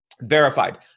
verified